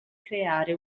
creare